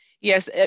Yes